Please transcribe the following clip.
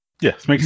Yes